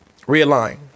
realign